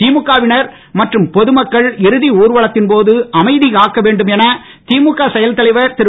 திமுக வினர் மற்றும் பொதுமக்கள் இறுதி ஊர்வலத்தின் போது அமைதி காக்க வேண்டும் என திமுக செயல்தலைவர் திரு